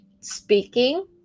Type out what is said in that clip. speaking